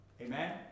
Amen